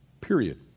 Period